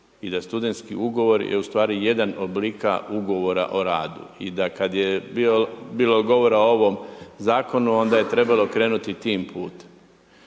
i da studentski ugovor je ustvari jedan od oblika ugovora o radu. I da kada je bilo govora o ovom zakonu onda je trebalo krenuti tim putem.